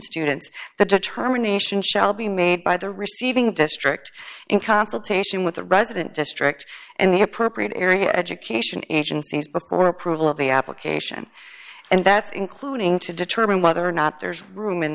students the determination shall be made by the receiving district in consultation with the resident district and the appropriate area education in agencies before approval of the application and that's including to determine whether or not there's room in